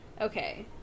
Okay